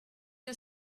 you